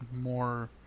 more